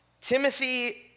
Timothy